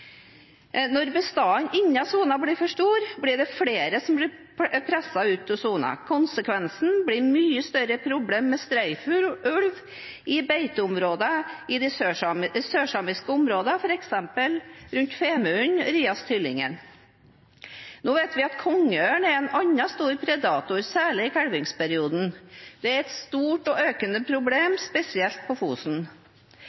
Når bestanden innenfor sonen blir for stor, blir det flere som blir presset ut av sonen. Konsekvensen er at det blir et mye større problem med streifulv i beiteområder i det sørsamiske området, f.eks. rundt Femunden og Riast/Hylling. Vi vet at kongeørn er en annen stor predator, særlig i kalvingsperioden. Det er et stort og økende problem,